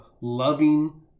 loving